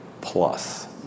plus